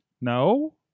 No